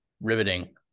riveting